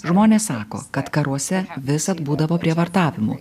žmonės sako kad karuose visad būdavo prievartavimų